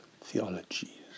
theologies